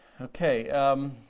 Okay